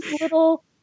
little